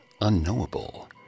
unknowable